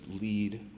lead